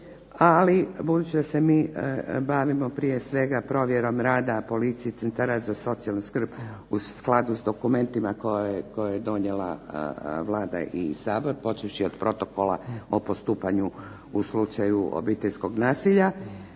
ali budući da se mi bavimo prije svega provjere rada policije, centara za socijalnu skrb u skladu s dokumentima koje je donijela Vlada i Sabor, počevši od Protokola o postupanju u slučaju obiteljskog nasilja,